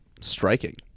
striking